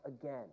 again